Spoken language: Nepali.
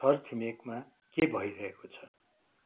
छरछिमेकमा के भइरहेको छ